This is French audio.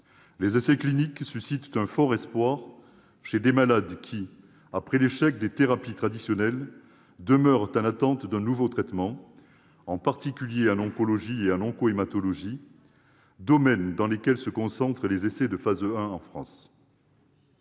les essais cliniques suscitent un fort espoir chez des malades qui, après l'échec des thérapies traditionnelles, demeurent en attente d'un nouveau traitement, en particulier en oncologie et en oncohématologie, domaines dans lesquels se concentrent les essais de phase 1 en France.